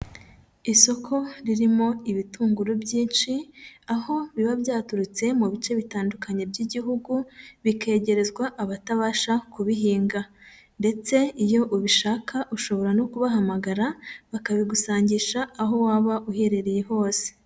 Isoko ririmo ibitunguru byinshi, aho biba byaturutse mu bice bitandukanye by'Igihugu, bikegerezwa abatabasha kubihinga, ndetse iyo ubishaka ushobora no kubahamagara bakabigusangisha aho waba uherereye hose.